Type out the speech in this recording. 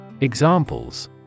Examples